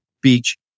beach